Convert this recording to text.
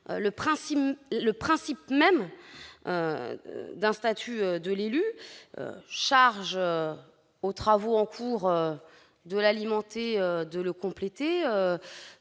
le principe même d'un statut de l'élu. Il reviendra aux travaux en cours de l'alimenter, de le compléter,